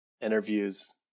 interviews